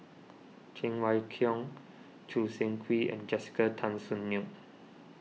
Cheng Wai Keung Choo Seng Quee and Jessica Tan Soon Neo